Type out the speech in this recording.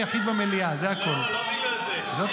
בוא נדבר על דברים מעניינים.